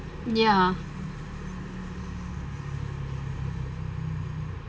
ya